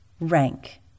Rank